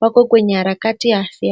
wako kwenye harakati ya siasa.